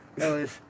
Ellis